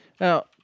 Now